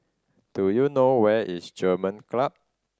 do you know where is German Club